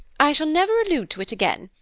i shall never allude to it again.